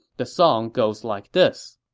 the song goes like this